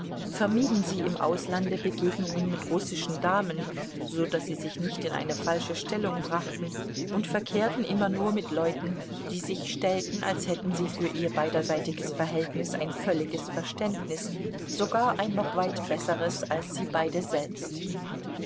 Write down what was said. vermieden sie im auslande begegnungen mit russischen damen so daß sie sich nicht in eine falsche stellung brachten und verkehrten immer nur mit leuten die sich stellten als hätten sie für ihr beiderseitiges verhältnis ein völliges verständnis sogar ein noch weit besseres als sie beide selbst